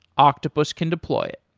octopus can deploy it.